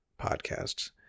podcasts